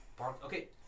Okay